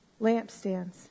lampstands